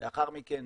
לאחר מכן